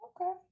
Okay